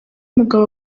umugabo